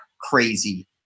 crazy